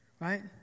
right